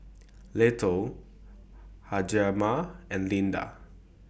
Little Hjalmar and Lena